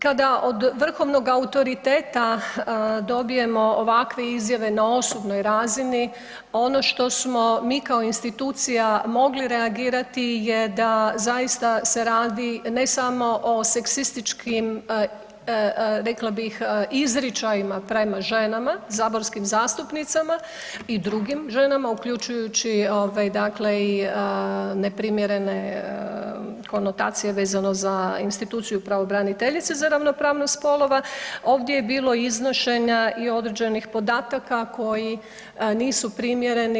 Kada od vrhovnog autoriteta dobijemo ovakve izjave na osobnoj razini, ono što smo mi kao institucija mogli reagirati je da zaista se radi ne samo o seksističkim rekla bih izričajima prema ženama, saborskim zastupnicima i drugim ženama, uključujući i neprimjerene konotacije vezano za instituciju Pravobraniteljice za ravnopravnost spolova, ovdje je bilo iznošenja i određenih podataka koji nisu primjereni.